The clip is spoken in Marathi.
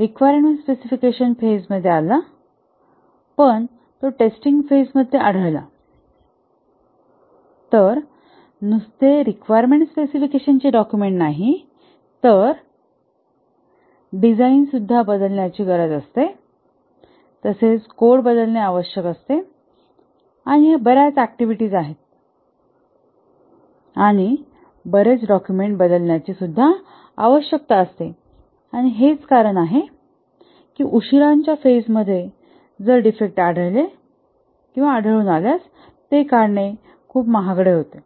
रिक्वायरमेंट स्पेसिफिकेशन फेज मध्ये आला पण तो टेस्टिंग फेज मध्ये आढळला तर नुसते रिक्वायरमेंट स्पेसिफिकेशन चे डॉक्युमेंट च नाही तर डिझाइन बदलण्याची गरज आहे तसेच कोड बदलणे आवश्यक आहे आणि ह्या बऱ्याच ऍक्टिव्हिटीज आहेत आणि बरेच डाक्युमेंट बदलण्याची आवश्यकता आहे आणि हेच कारण आहे उशिराच्या फेज मध्ये डिफेक्ट आढळून आल्यास ते काढणे महागडे होते